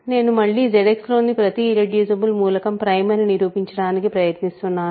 నేను మళ్ళీ ZX లోని ప్రతి ఇర్రెడ్యూసిబుల్ మూలకం ప్రైమ్ అని నిరూపించడానికి ప్రయత్నిస్తున్నాను